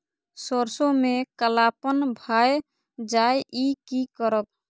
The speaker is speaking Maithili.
सरसों में कालापन भाय जाय इ कि करब?